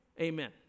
Amen